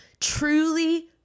truly